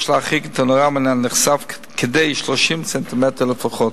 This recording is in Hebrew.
יש להרחיק את הנורה מן הנחשף כדי 30 ס"מ לפחות.